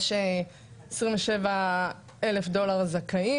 יש 27,000 דולר זכאים.